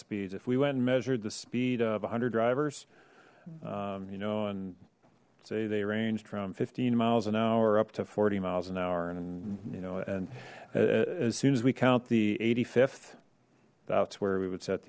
speeds if we went and measured the speed of a hundred drivers you know and say they ranged from fifteen miles an hour or up to forty miles an hour and you know and as soon as we count the th that's where we would set